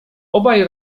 obaj